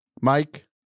Mike